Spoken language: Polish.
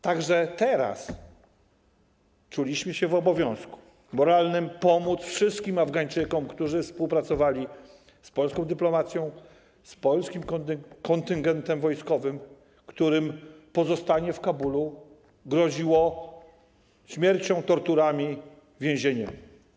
Tak że teraz czuliśmy się w obowiązku moralnym pomóc wszystkim Afgańczykom, którzy współpracowali z polską dyplomacją, z polskim kontyngentem wojskowym, w przypadku których pozostanie w Kabulu groziło śmiercią, torturami, więzieniem.